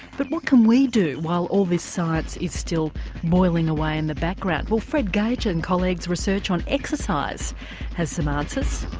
but what can we do while all this science is still boiling away in the background. well fred gage and colleagues' research on exercise has some answers.